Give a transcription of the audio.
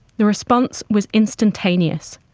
the response was instantaneous.